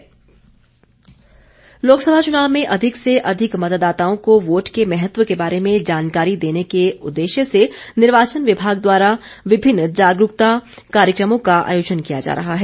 SVEEP लोकसभा चुनाव में अधिक से अधिक मतदाताओं को वोट के महत्व के बारे में जानकारी देने के उद्देश्य से निर्वाचन विभाग द्वारा विभिन्न जागरूकता कार्यक्रमों का आयोजन किया जा रहा है